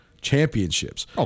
championships